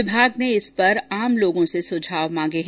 विभाग ने इस पर आम लोगों से सुझाव मांगे हैं